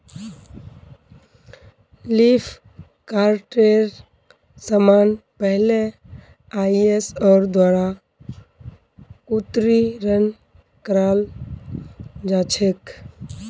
फ्लिपकार्टेर समान पहले आईएसओर द्वारा उत्तीर्ण कराल जा छेक